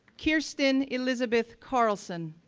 kirsten elizabeth carlson,